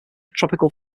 tropical